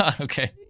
Okay